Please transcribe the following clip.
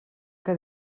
que